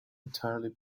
entirely